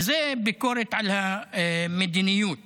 וזה ביקורת על המדיניות